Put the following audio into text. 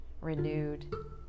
renewed